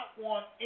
want